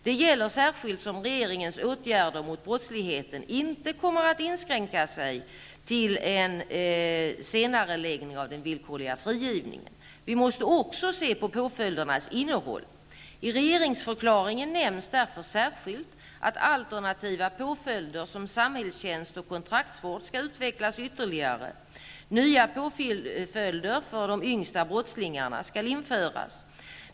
Det gäller särskilt som regeringens åtgärder mot brottsligheten inte kommer att inskränka sig till en senareläggning av den villkorliga frigivningen. Vi måste också se på påföljdernas innehåll. I regeringsförklaringen nämns därför särskilt att alternativa påföljder som samhällstjänst och kontraktsvård skall utvecklas ytterligare; nya påföljder för de yngsta brottslingarna skall införas.